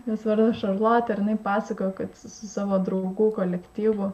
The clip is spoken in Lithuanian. jos vardas šarlotė ir jinai pasakojo kad su savo draugų kolektyvu